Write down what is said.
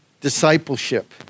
discipleship